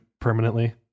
permanently